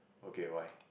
okay why